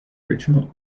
original